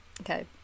Okay